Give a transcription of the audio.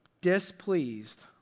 displeased